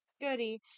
goody